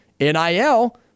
NIL